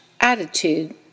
attitude